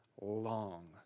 long